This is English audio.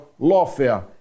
lawfare